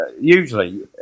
usually